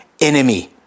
enemy